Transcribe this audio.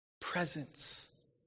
Presence